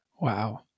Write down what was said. Wow